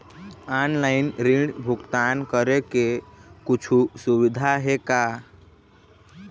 Online ऋण भुगतान करे के कुछू सुविधा हे का?